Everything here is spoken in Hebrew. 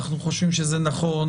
אנחנו חושבים שזה נכון,